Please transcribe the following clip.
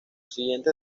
siguiente